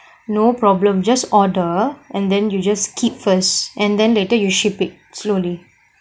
no problem just order and then you just keep first and then later you ship it slowly